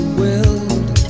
willed